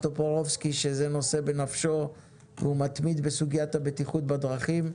טופורובסקי שזה נושא שהוא בנפשו והוא מתמיד בסוגיית הבטיחות בדרכים.